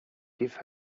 give